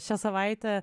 šią savaitę